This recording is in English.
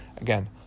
again